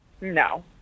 No